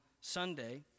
Sunday